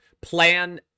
plan